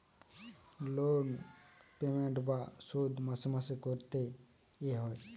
loan payment বা শোধ মাসে মাসে করতে এ হয়